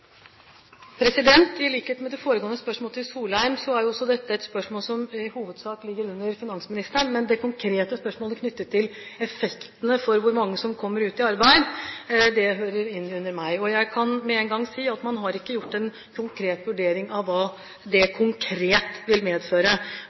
I likhet med det foregående spørsmålet til Solheim er også dette et spørsmål som i hovedsak ligger under finansministeren. Men det konkrete spørsmålet knyttet til effekten og hvor mange som kommer ut i arbeid, hører inn under meg. Jeg kan med en gang si at man ikke har gjort en konkret vurdering av hva det